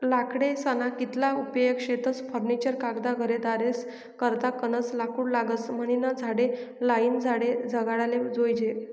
लाकडेस्ना कितला उपेग शेतस फर्निचर कागद घरेदारेस करता गनज लाकूड लागस म्हनीन झाडे लायीन झाडे जगाडाले जोयजे